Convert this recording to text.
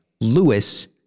Lewis